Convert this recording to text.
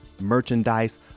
merchandise